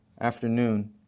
afternoon